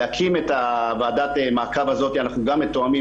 להקים את ועדת המעקב הזו אנחנו גם מתואמים